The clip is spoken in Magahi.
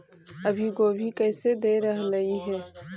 अभी गोभी कैसे दे रहलई हे?